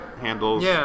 handles